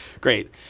great